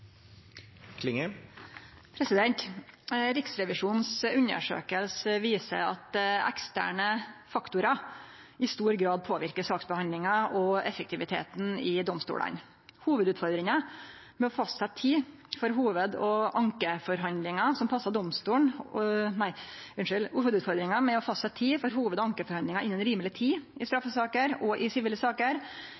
domstolene. Riksrevisjonens undersøking viser at eksterne faktorar i stor grad påverkar saksbehandlinga og effektiviteten i domstolane. Hovudutfordringa med å fastsetje tid for hovud- og ankeforhandlingar innan rimelig tid i straffesaker og sivile saker er å finne eit tidspunkt som passar domstolen og dei ulike aktørane. Saker må leggjast langt fram i tid